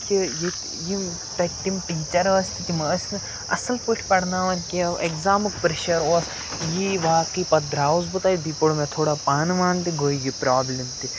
کہِ ییٚتہِ یِم تَتہِ تِم ٹیٖچَر ٲسۍ تہِ تِم ٲسۍ نہٕ اَصٕل پٲٹھۍ پَرناوَان کیٚنٛہہ اٮ۪کزامُک پرٛیشَر اوس یی واقی پَتہٕ درٛاوُس بہٕ تتہِ بیٚیہِ پوٚر مےٚ تھوڑا پانہٕ وَنہٕ تہِ گوٚو یہِ پرٛابلِم تہِ